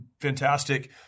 fantastic